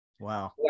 Wow